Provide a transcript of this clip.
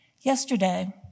Yesterday